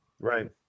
Right